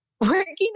Working